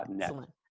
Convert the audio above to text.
Excellent